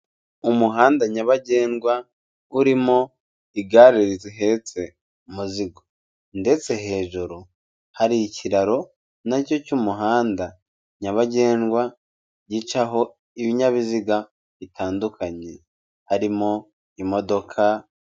Umuhanda nyabagendwa urimo igare rihetse umuzigo. Ndetse hejuru hari ikiraro na cyo cy'umuhanda nyabagendwa gicaho ibinyabiziga bitandukanye harimo imodoka.